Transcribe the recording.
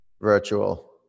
virtual